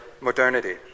modernity